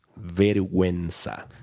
vergüenza